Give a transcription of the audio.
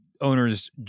owners